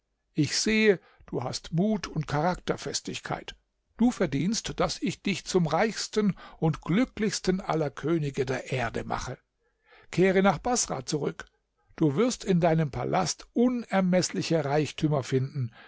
ich sehe du hast mut und charakterfestigkeit du verdienst daß ich dich zum reichsten und glücklichsten aller könige der erde mache kehre nach baßrah zurück du wirst in deinem palast unermeßliche reichtümer finden